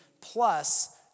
plus